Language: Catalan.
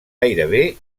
gairebé